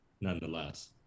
nonetheless